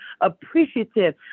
appreciative